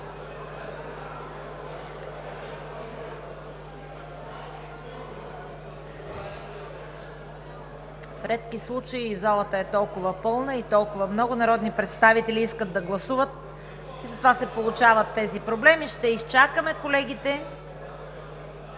В редки случаи залата е толкова пълна и толкова много народни представители искат да гласуват, затова се получават тези проблеми. Ще изчакаме колегите.